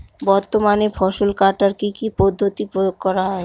বর্তমানে ফসল কাটার কি কি পদ্ধতি প্রয়োগ করা হয়?